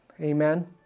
Amen